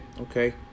okay